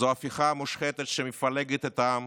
זאת הפיכה מושחתת שמפלגת את העם